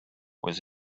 was